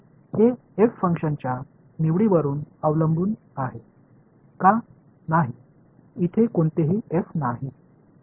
எனவே இப்போது இந்த வெளிப்பாட்டை இங்கே இது மாதிரி எழுத வேண்டும்